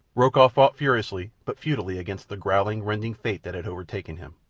rokoff fought furiously but futilely against the growling, rending fate that had overtaken him.